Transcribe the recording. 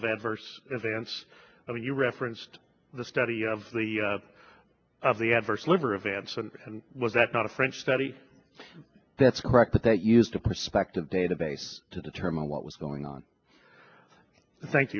of adverse events i mean you referenced the study of the of the adverse liver events and was that not a french study that's correct that used to prospective database to determine what was going on thank